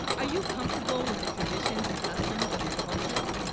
are you comfortable with the traditions and customs of your culture